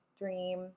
dream